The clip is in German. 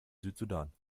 südsudan